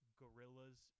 Gorillas